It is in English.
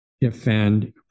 Defend